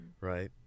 right